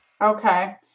Okay